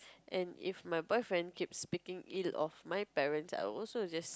and if my boyfriend keeps speaking ill of my parents I also just